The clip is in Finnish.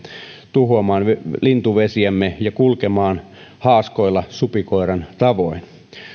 tuhoamaan lintuvesiämme ja kulkemaan haaskoilla supikoiran tavoin